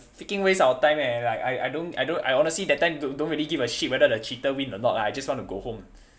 freaking waste our time eh I I don't I don't I honestly that time don't really give a shit whether the cheater win or not lah I just wanna go home